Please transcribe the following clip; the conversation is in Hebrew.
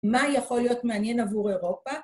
מה יכול להיות מעניין עבור אירופה?